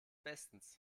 bestens